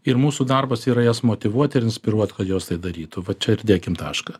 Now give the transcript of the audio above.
ir mūsų darbas yra jas motyvuot ir inspiruot kad jos tai darytų va čia ir dėkim tašką